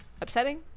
upsetting